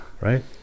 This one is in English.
right